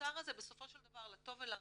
והתוצר הזה בסופו של דבר לטוב ולרע,